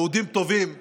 יהודים טובים משיקגו.